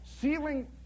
ceiling